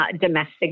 Domestic